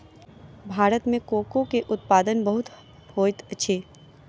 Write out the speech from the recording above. भारत में कोको के उत्पादन बहुत होइत अछि